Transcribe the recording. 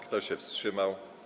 Kto się wstrzymał?